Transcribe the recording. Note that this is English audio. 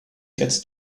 gets